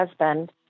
husband